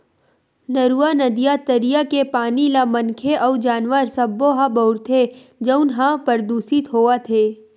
नरूवा, नदिया, तरिया के पानी ल मनखे अउ जानवर सब्बो ह बउरथे जउन ह परदूसित होवत हे